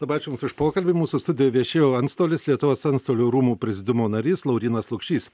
labai ačiū jums už pokalbį mūsų studijoje viešėjo antstolis lietuvos antstolių rūmų prezidiumo narys laurynas lukšys